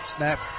Snap